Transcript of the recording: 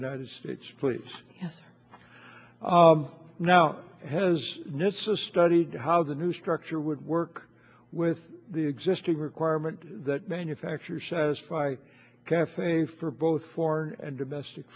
united states place now has this is studied how the new structure would work with the existing requirement that manufacturers satisfy cafe for both foreign and domestic